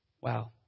Wow